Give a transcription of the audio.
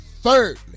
thirdly